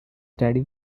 daddy